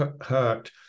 hurt